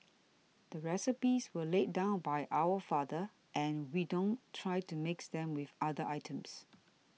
the recipes were laid down by our father and we don't try to mix them with other items